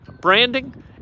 branding